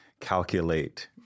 calculate